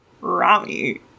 Rami